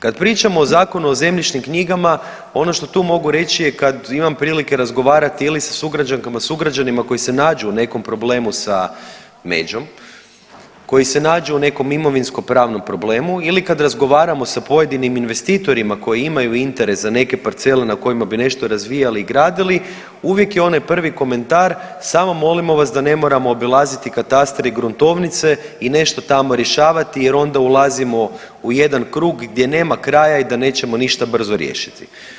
Kad pričamo o Zakonu o zemljišnim knjigama ono što tu mogu reći je kad imam prilike razgovarati ili sa sugrađankama, sugrađanima koji se nađu u nekom problemu sa međom, koji se nađu u nekom imovinsko pravnom problemu ili kad razgovaramo sa pojedinim investitorima koji imaju interes za neke parcele na kojima bi nešto razvijali i gradili uvijek je onaj prvi komentar samo molimo vas da ne moramo obilaziti katastar i gruntovnice i nešto tamo rješavati jer onda ulazimo u jedan krug gdje nema kraja i da nećemo ništa brzo riješiti.